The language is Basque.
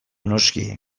noski